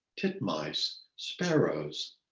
titmice, sparrows.